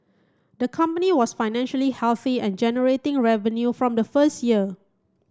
the company was financially healthy and generating revenue from the first year